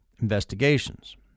investigations